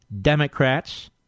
Democrats